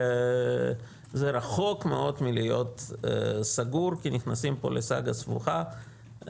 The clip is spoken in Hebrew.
זה רחוק מאוד מלהיות סגור כי נכנסים פה לסאגה סבוכה,